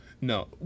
No